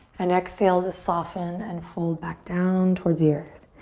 and exhale to soften and fold back down towards the earth.